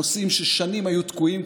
נושאים ששנים היו תקועים,